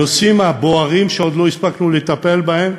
הנושאים הבוערים שעוד לא הספקנו לטפל בהם